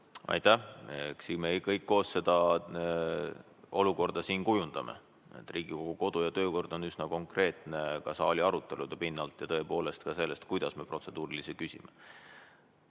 Aitäh! Eks me kõik koos seda olukorda siin kujundame. Riigikogu kodu- ja töökord on üsna konkreetne saali arutelude pinnalt ja ka sellest [seisukohast], kuidas me protseduurilisi küsimusi